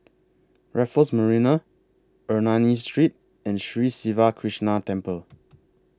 Raffles Marina Ernani Street and Sri Siva Krishna Temple